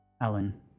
Alan